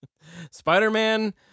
Spider-Man